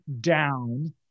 down